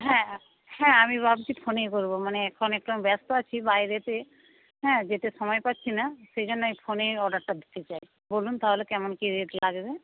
হ্যাঁ হ্যাঁ আমি ভাবছি ফোনেই বলব মানে এখন একটু ব্যস্ত আছি বাইরেতে হ্যাঁ যেতে সময় পাচ্ছি না সেই জন্য এই ফোনেই অর্ডারটা দিতে চাই বলুন তাহলে কেমন কী রেট কী লাগবে